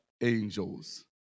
angels